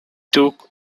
took